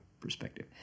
perspective